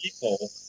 people